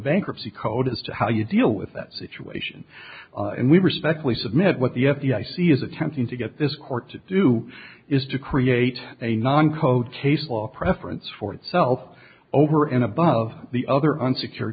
bankruptcy code as to how you deal with that situation and we respectfully submit what the f the i c is attempting to get this court to do is to create a non code case law a preference for itself over and above the other unsecure